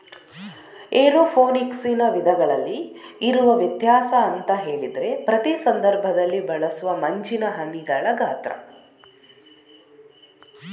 ಏರೋಫೋನಿಕ್ಸಿನ ವಿಧಗಳಲ್ಲಿ ಇರುವ ವ್ಯತ್ಯಾಸ ಅಂತ ಹೇಳಿದ್ರೆ ಪ್ರತಿ ಸಂದರ್ಭದಲ್ಲಿ ಬಳಸುವ ಮಂಜಿನ ಹನಿಗಳ ಗಾತ್ರ